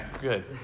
good